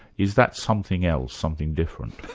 is that something else, something different?